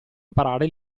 imparare